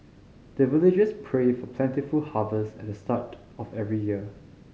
the villagers pray for plentiful harvest at the start of every year